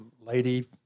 lady